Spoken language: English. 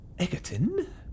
Egerton